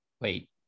Wait